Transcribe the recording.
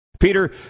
Peter